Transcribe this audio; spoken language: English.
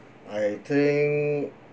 I think